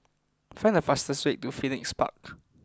find the fastest way to Phoenix Park